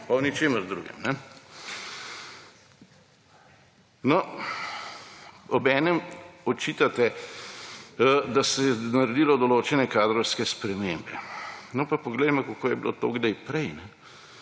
o ničemer drugem. Obenem očitate, da se je naredilo določene kadrovske spremembe. Pa poglejmo, kako je bilo to kdaj prej.